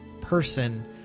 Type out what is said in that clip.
person